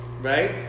Right